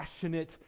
passionate